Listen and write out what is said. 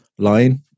Line